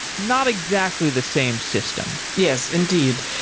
not exactly the same system. yes, indeed.